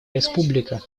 республика